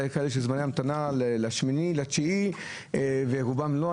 היו זמני המתנה לשמיני, לתשיעי, ורובם לא.